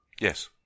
Yes